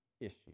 issue